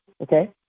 Okay